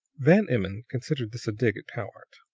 van emmon considered this a dig at powart.